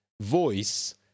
voice